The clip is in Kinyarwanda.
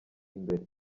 imbere